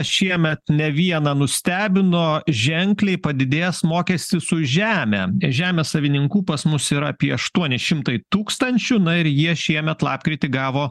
šiemet ne vieną nustebino ženkliai padidėjęs mokestis už žemę žemės savininkų pas mus yra apie aštuoni šimtai tūkstančių na ir jie šiemet lapkritį gavo